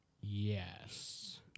Yes